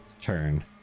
turn